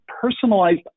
personalized